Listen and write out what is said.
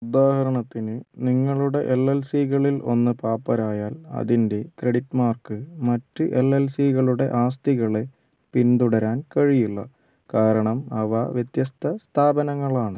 ഉദാഹരണത്തിന് നിങ്ങളുടെ എൽ എൽ സികളിൽ ഒന്ന് പാപ്പരായാൽ അതിൻ്റെ ക്രെഡിറ്റ് മാർക്ക് മറ്റ് എൽ എൽ സികളുടെ ആസ്തികളെ പിന്തുടരാൻ കഴിയില്ല കാരണം അവ വ്യത്യസ്ത സ്ഥാപനങ്ങളാണ്